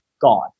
gone